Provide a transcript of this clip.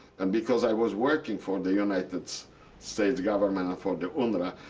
and because i was working for the united states government, and for the unrra,